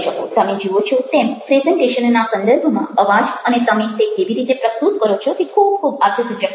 તમે જુઓ છો તેમ પ્રેઝન્ટેશનના સંદર્ભમાં અવાજ અને તમે તે કેવી રીતે પ્રસ્તુત કરો છો તે ખૂબ ખૂબ અર્થસૂચક છે